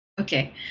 Okay